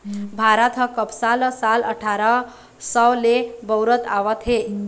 भारत ह कपसा ल साल अठारा सव ले बउरत आवत हे